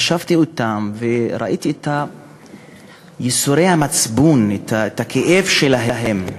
ישבתי אתם וראיתי את ייסורי המצפון, את הכאב שלהם,